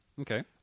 Okay